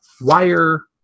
wire